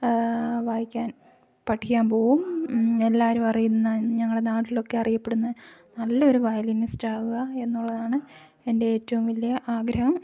വായിക്കാൻ പഠിക്കാൻ പോവും എല്ലാവരും അറിയുന്ന ഞങ്ങളുടെ നാട്ടിലൊക്കെ അറിയപ്പെടുന്ന നല്ല ഒരു വയലിനിസ്റ്റ് ആവുക എന്നുള്ളതാണ് എൻ്റെ ഏറ്റവും വലിയ ആഗ്രഹം